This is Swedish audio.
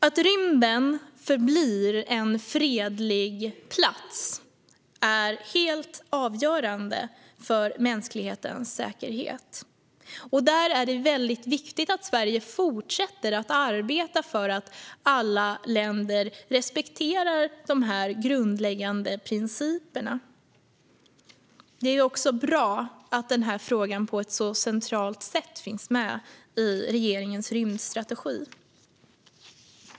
Att rymden förblir en fredlig plats är helt avgörande för mänsklighetens säkerhet. Där är det väldigt viktigt att Sverige fortsätter att arbeta för att alla länder respekterar dessa grundläggande principer. Det är också bra att den här frågan på ett så centralt sätt finns med i regeringens rymdstrategi.